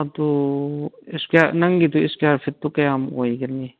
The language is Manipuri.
ꯑꯗꯨ ꯏꯁꯀ꯭ꯋꯥꯔ ꯅꯪꯒꯤꯗꯤ ꯏꯁꯀ꯭ꯋꯥꯔ ꯐꯤꯠꯇꯨ ꯀꯌꯥꯝ ꯑꯣꯏꯒꯅꯤ